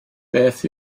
beth